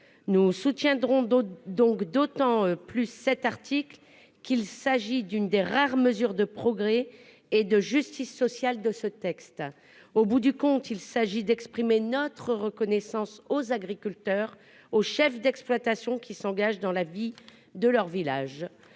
Nous soutiendrons d'autant plus cet article qu'il s'agit d'une des rares mesures de progrès et de justice sociale de ce texte. Au bout du compte, il s'agit d'exprimer notre reconnaissance aux agriculteurs, aux chefs d'exploitation qui s'engagent dans la vie de leur village.